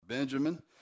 Benjamin